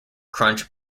crunch